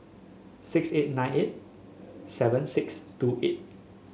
six eight nine eight seven six two eight